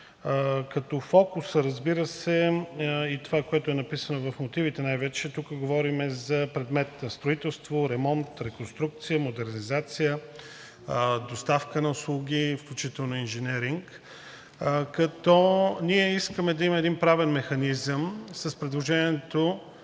като фокусът, разбира се, и това, което е написано в мотивите най-вече, тук говорим за предмет: строителство, ремонт, реконструкция, модернизация, доставка на услуги, включително инженеринг, като ние искаме да има един правен механизъм. С предложението